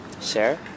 share